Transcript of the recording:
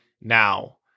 now